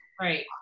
Right